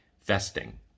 vesting